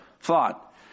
thought